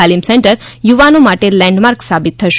તાલિમ સેન્ટર યુવાનો માટે લેન્ડમાર્ક સાબિત થશે